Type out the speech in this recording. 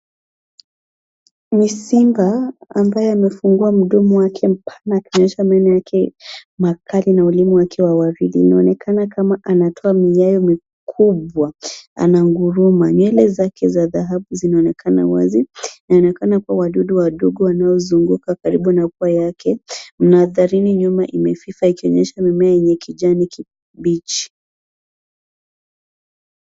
Ni simba ambaye amefungua mdomo wake mpana akionyesha meno yake makali na ulimi wake. Anaonekana kuwa anatoa miayo mikubwa ananguruma. Nywele zake za dhahabu zinaonekana wazi. Inaonekana kuna wadudu wadogo wanaozunguka karibu na pua yake. Mandharini nyuma imefifa ikionyesha mimea yenye kijani kibichi.